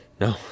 No